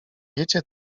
wiecie